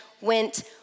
went